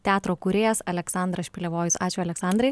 teatro kūrėjas aleksandras špilevojus ačiū aleksandrai